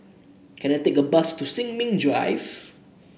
can I take a bus to Sin Ming Drive